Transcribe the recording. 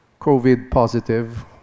COVID-positive